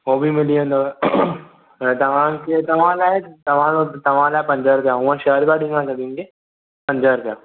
उहो बि मिली वेंदव त तव्हांखे तव्हां लाइ तव्हांजो तव्हां लाइ पंज रुपिया ऊअं छह रुपिया ॾींदा आहियूं ॿियनि खे पंज रुपिया